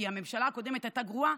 כי הממשלה הקודמת הייתה גרועה,